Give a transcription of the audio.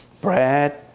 bread